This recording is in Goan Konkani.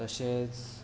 तशेंच